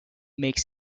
makes